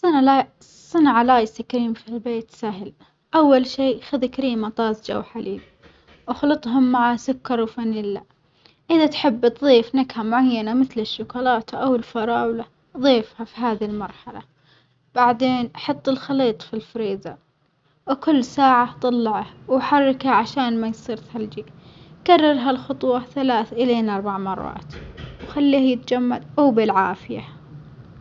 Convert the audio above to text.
صنع ال صنع الآيس كريم في البيت سهل، أول شي خذ كريمة طازجة وحليب اخلطهم مع سكر وفانيلا، إذا تحب تظيف نكهة معينة مثل الشوكولاتة أو الفراولة ظيفها في هذي المرحلة، بعدين حط الخليط في الفريزر، وكل ساعة طلعه وحركه عشان ما يصير ثلجي، كرر هالخطوة ثلالث لين أربع مرات وخليه يتجمد وبالعافية.